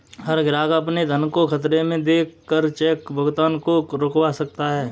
हर ग्राहक अपने धन को खतरे में देख कर चेक भुगतान को रुकवा सकता है